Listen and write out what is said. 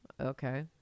Okay